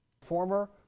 Former